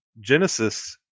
genesis